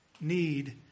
need